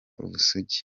ubusugi